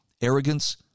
arrogance